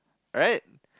alright